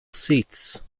seats